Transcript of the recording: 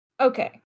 Okay